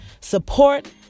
support